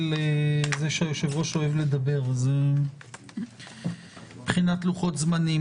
לזה שהיושב-ראש אוהב לדבר - זה מבחינת לוחות זמנים.